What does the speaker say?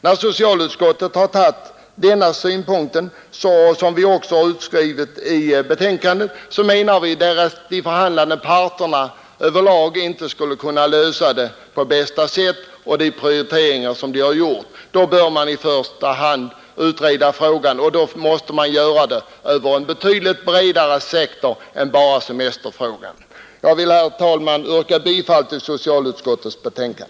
När socialutskottet har intagit denna ståndpunkt — som vi också har inskrivit i betänkandet — så menar vi att därest de förhandlande parterna inte skulle kunna lösa problemet på bästa sätt med hänsyn till de prioriteringar vi har gjort så bör man först och främst utreda saken, och då måste man utreda en betydligt bredare sektor och inte bara semesterfrågan. Jag vill, herr talman, yrka bifall till socialutskottets hemställan.